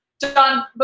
John